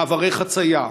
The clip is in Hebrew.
מעברי חציה,